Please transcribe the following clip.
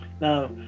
now